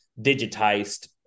digitized